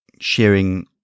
sharing